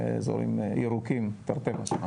לאזורים ירוקים, תרתי משמע,